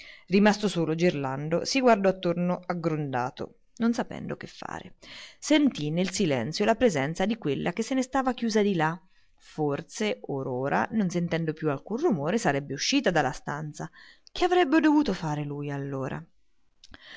rimasto solo gerlando si guardò attorno aggrondato non sapendo che fare sentì nel silenzio la presenza di quella che se ne stava chiusa di là forse or ora non sentendo più alcun rumore sarebbe uscita dalla stanza che avrebbe dovuto far lui allora